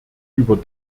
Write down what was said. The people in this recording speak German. über